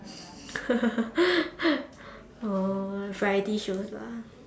oh variety shows lah